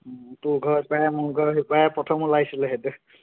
তোৰ ঘৰ ইপাৰে মোৰ ঘৰ সিপাৰে প্ৰথম ওলাইছিলে সেইটো